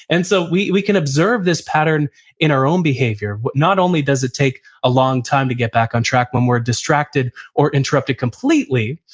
and so we we can observe this pattern in our own behavior. not only does it take a long time to get back on track when we're distracted or interrupted completely,